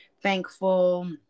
thankful